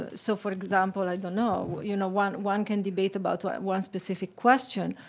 ah so, for example i don't know. but you know, one one can debate about one one specific question,